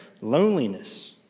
loneliness